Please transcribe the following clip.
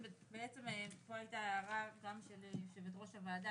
בעצם פה הייתה הערה גם של יושבת ראש הוועדה